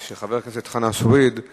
שר התשתיות הלאומיות ביום ט"ו באב התשס"ט (5 באוגוסט 2009):